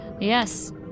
Yes